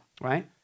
right